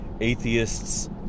atheists